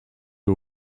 her